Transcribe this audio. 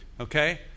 okay